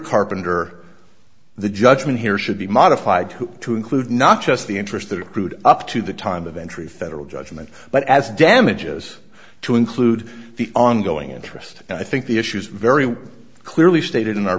carpenter the judgment here should be modified to include not just the interest that accrued up to the time of entry federal judgment but as damages to include the ongoing interest and i think the issues very clearly stated in our